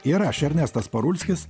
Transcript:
ir aš ernestas parulskis